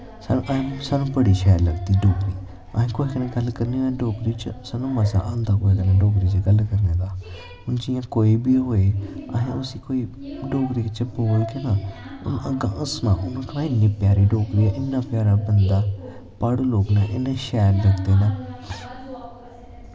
साह्नू बड़ी शैल लगदी डोगरी अस कुसै नै गल्ल करने होने डोगरी च साह्नू मज़ा आंदा डोगरी च गल्ल करने दा जियां कोई बी होए असैं उसी कोई डोगरी बिच्च बोलगे ना अग्गां दा हस्सना उनै आखना इन्नी प्यारी डोगरी ऐ इन्ना प्यारा बंदा प्हाड़ी लोग नै इन्नै शैल लगदे नै